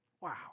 Wow